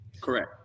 Correct